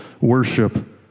worship